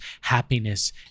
happiness